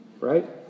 right